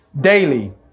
daily